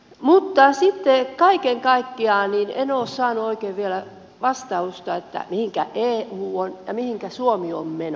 mutta sitten kaiken kaikkiaan en ole saanut oikein vielä vastausta mihinkä eu on ja mihinkä suomi on menossa